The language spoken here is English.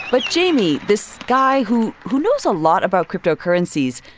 but jamie, this guy who who knows a lot about cryptocurrencies,